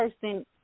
person